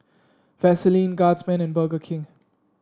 Vaseline Guardsman and Burger King